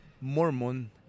Mormon